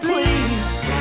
Please